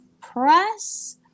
press